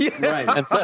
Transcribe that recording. Right